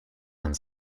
and